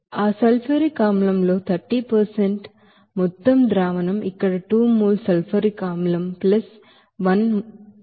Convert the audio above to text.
కాబట్టి ఆ సల్ఫ్యూరిక్ ಆಸಿಡ್లో 30 మొత్తం ಸೊಲ್ಯೂಷನ ఇక్కడ 2 moles sulphuric acid plus N moles నీటితో సమానం అవుతుంది